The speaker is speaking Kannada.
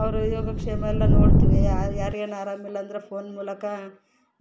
ಅವರು ಯೋಗಕ್ಷೇಮ ಎಲ್ಲ ನೋಡ್ತೀವಿ ಯಾರು ಏನು ಆರಾಮ್ ಇಲ್ಲ ಅಂದ್ರೆ ಫೋನ್ ಮೂಲಕ